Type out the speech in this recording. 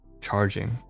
charging